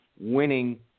winning